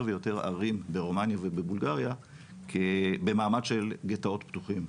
ויותר ערים ברומניה ובבולגריה במעמד של גטאות פתוחים,